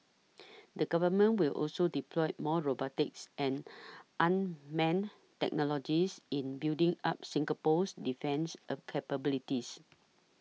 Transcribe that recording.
the Government will also deploy more robotics and unmanned technologies in building up Singapore's defence a capabilities